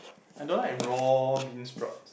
I don't like raw beansprout